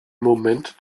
moment